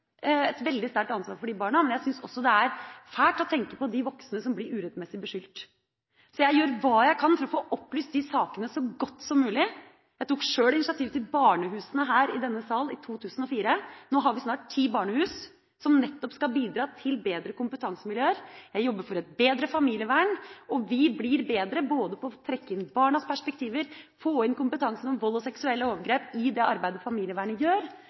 å tenke på de voksne som blir urettmessig beskyldt. Så jeg gjør hva jeg kan for å få opplyst sakene så godt som mulig. Jeg tok sjøl initiativ til barnehusene her i denne sal i 2004. Nå har vi snart ti barnehus, som nettopp skal bidra til bedre kompetansemiljøer. Jeg jobber for et bedre familievern, og vi blir bedre både på å trekke inn barnas perspektiver, på å få inn kompetanse om vold og seksuelle overgrep i det arbeidet familievernet gjør,